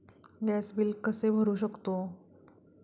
Gas bill कसे भरू शकतो?